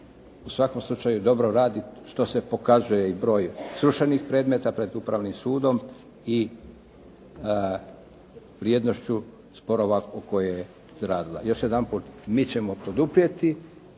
u svakom slučaju dobro radi što se pokazuje i broj srušenih predmeta pred Upravnim sudom i vrijednošću sporova koje je zaradila. Još jedanput, mi ćemo prihvatiti